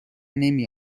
نمی